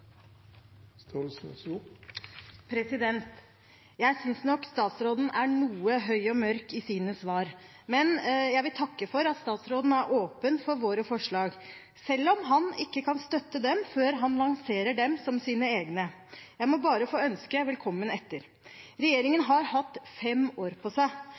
sine svar, men jeg vil takke for at han er åpen for våre forslag, selv om han ikke kan støtte dem før han lanserer dem som sine egne. Jeg må bare få ønske velkommen etter. Regjeringen har hatt fem år på seg.